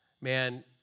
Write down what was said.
man